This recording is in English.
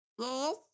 Yes